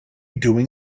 doing